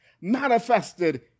manifested